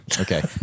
Okay